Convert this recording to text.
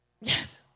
Yes